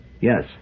Yes